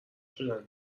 شدن